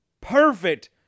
perfect